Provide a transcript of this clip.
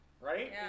Right